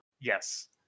yes